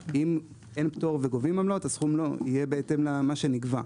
אם אין פטור וגובים עמלות אז הסכום יהיה בהתאם למה שנגבה.